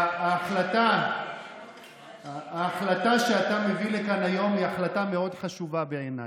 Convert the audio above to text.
שההחלטה שאתה מביא לכאן היום היא החלטה מאוד חשובה בעיניי.